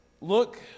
look